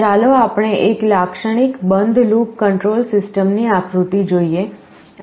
ચાલો આપણે એક લાક્ષણિક બંધ લૂપ કંટ્રોલ સિસ્ટમની આકૃતિ જોઈએ